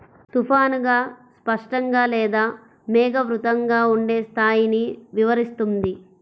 తుఫానుగా, స్పష్టంగా లేదా మేఘావృతంగా ఉండే స్థాయిని వివరిస్తుంది